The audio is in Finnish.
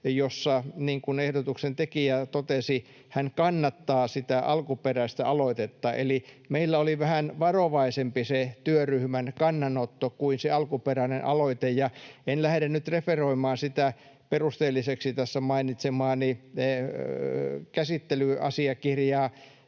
kuin ehdotuksen tekijä totesi, hän kannattaa sitä alkuperäistä aloitetta, eli meillä oli vähän varovaisempi se työryhmän kannanotto kuin se alkuperäinen aloite. En lähde nyt referoimaan sitä perusteelliseksi tässä mainitsemaani käsittelyasiakirjaa,